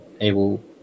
able